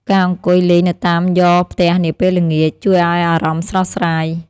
ការអង្គុយលេងនៅតាមយ៉រផ្ទះនាពេលល្ងាច ជួយឱ្យអារម្មណ៍ស្រស់ស្រាយ។